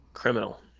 Criminal